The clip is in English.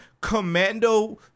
commando